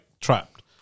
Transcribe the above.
trapped